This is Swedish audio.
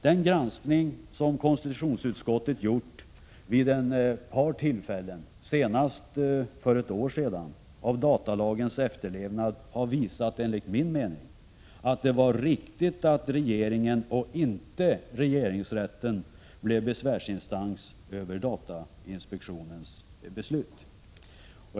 Den granskning som konstitutionsutskottet gjort vid ett par tillfällen, senast för ett år sedan, av datalagens efterlevnad har visat, enligt min mening, att det var riktigt att regeringen och inte regeringsrätten blev besvärsinstans över datainspektionens beslut.